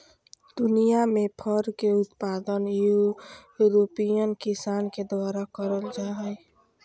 दुनियां में फर के उत्पादन यूरोपियन किसान के द्वारा करल जा हई